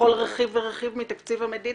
בכל רכיב ורכיב מתקציב המדינה.